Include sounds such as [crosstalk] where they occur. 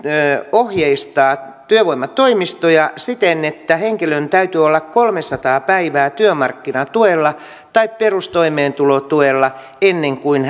ohjeistaa työvoimatoimistoja siten että henkilön täytyy olla kolmesataa päivää työmarkkinatuella tai perustoimeentulotuella ennen kuin [unintelligible]